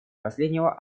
последнего